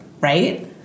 right